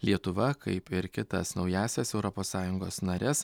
lietuva kaip ir kitas naująsias europos sąjungos nares